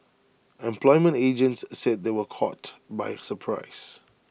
employment agents said they were caught by surprise